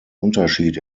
unterschied